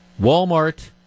Walmart